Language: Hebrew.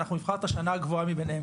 אנחנו נבחר את השנה הגבוהה ביניהן.